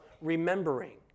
remembering